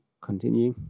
continue